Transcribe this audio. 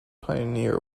pioneer